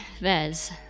Vez